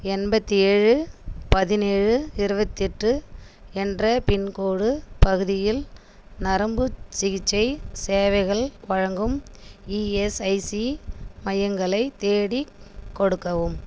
எண்பத்தேழு பதினேழு இருபத்தெட்டு என்ற பின்கோடு பகுதியில் நரம்புச் சிகிச்சை சேவைகள் வழங்கும் இஎஸ்ஐசி மையங்களை தேடிக் கொடுக்கவும்